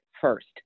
first